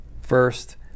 first